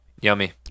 Yummy